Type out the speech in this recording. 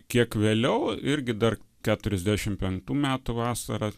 kiek vėliau irgi dar keturiasdešim penktų metų vasarą